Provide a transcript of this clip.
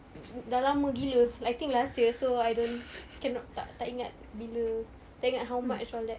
mm dah lama gila I think last year so I don't cannot tak tak ingat bila tak ingat how much all that